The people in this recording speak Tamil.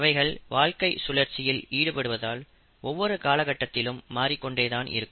அவைகள் வாழ்க்கை சுழற்சியில் ஈடுபடுவதால் ஒவ்வொரு காலகட்டத்திலும் மாறிக் கொண்டேதான் இருக்கும்